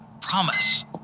promise